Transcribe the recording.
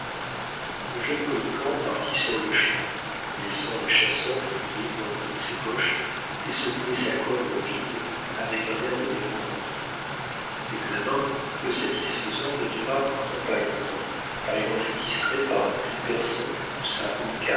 le jeune mohican partit sur-le-champ laissant le chasseur fouiller dans toutes ses poches et secouer sa corne vide avec un air de mécontentement cet examen peu satisfaisant ne dura pourtant pas longtemps car il en fut distrait par un cri perçant que poussa